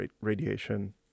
radiation